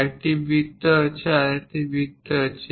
একটি বৃত্ত আছে আরেকটি বৃত্ত আছে